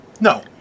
No